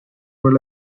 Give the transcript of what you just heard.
were